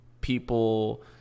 people